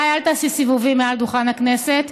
עליי אל תעשי סיבובים מעל דוכן הכנסת.